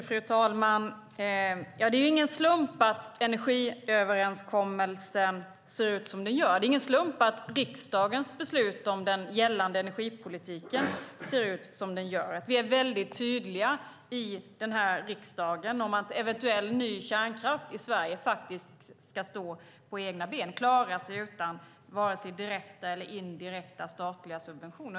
Fru talman! Det är ingen slump att energiöverenskommelsen ser ut som den gör. Det är ingen slump att riksdagens beslut om den gällande energipolitiken ser ut som den gör. Vi är tydliga med att eventuell ny kärnkraft i Sverige ska stå på egna ben och klara sig utan vare sig direkta eller indirekta statliga subventioner.